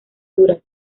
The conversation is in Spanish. duras